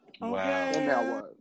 Wow